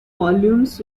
volumes